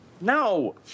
No